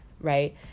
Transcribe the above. right